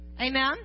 Amen